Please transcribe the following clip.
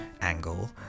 angle